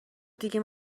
دیگه